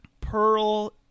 pearl